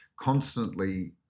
constantly